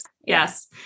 yes